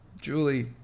Julie